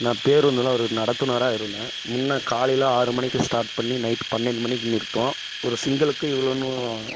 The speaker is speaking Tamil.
நான் பேருந்தில் ஒரு நடத்துனராக இருந்தேன் முன்னே காலையில் ஆறு மணிக்கு ஸ்டார்ட் பண்ணி நைட் பன்னெண்டு மணிக்கு நிறுத்தும் ஒரு சிங்களுக்கு இவ்வளோன்னு